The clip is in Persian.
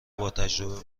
باتجربه